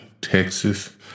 Texas